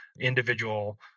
individual